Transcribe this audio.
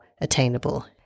attainable